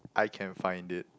I can find it